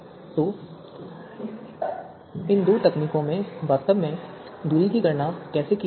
तो इन दो तकनीकों में वास्तव में दूरी की गणना कैसे की जाती है